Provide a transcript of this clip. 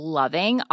loving